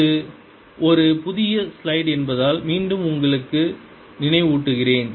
இது ஒரு புதிய ஸ்லைடு என்பதால் மீண்டும் உங்களுக்கு நினைவூட்டுகிறேன்